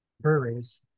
breweries